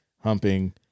humping